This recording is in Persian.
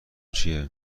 چیه